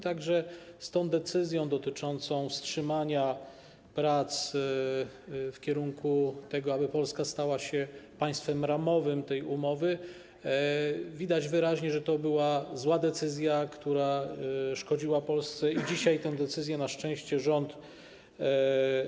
Także jeżeli chodzi o tę decyzję dotyczącą wstrzymania prac w kierunku tego, aby Polska stała się państwem ramowym tej umowy, to widać wyraźnie, że to była zła decyzja, która szkodziła Polsce, i dzisiaj tę decyzję rząd na szczęście zmienia.